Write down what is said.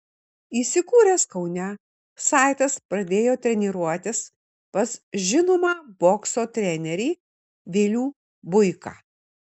įsikūręs kaune saitas pradėjo treniruotis pas žinomą bokso trenerį vilių buiką